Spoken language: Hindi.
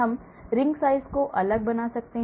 हम ring size को अलग बना सकते हैं